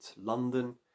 London